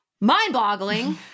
Mind-boggling